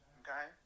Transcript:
okay